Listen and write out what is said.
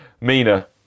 mina